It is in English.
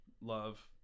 love